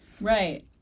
Right